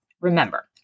remember